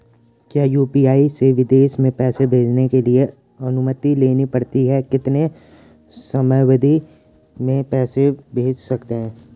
क्या यु.पी.आई से विदेश में पैसे भेजने के लिए अनुमति लेनी पड़ती है कितने समयावधि में पैसे भेज सकते हैं?